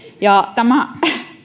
esimerkiksi tämä